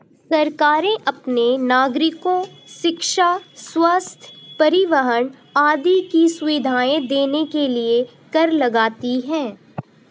सरकारें अपने नागरिको शिक्षा, स्वस्थ्य, परिवहन आदि की सुविधाएं देने के लिए कर लगाती हैं